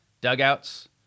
dugouts